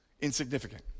insignificant